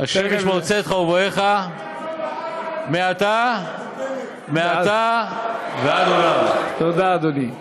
ה' ישמֹר צאתך ובואך מעתה ועד עולם." תודה, אדוני.